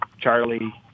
Charlie